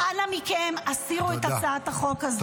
אנא מכם, הסירו את הצעת החוק הזו.